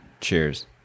Cheers